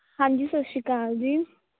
ਹਾਂਜੀ ਸਤਿ ਸ਼੍ਰੀ ਅਕਾਲ ਜੀ